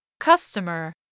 Customer